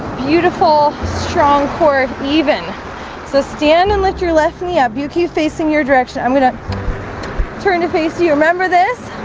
beautiful strong court, even so stand and lift your left knee up. you keep facing your direction. i'm gonna turn to face you you remember this.